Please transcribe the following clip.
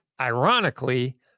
ironically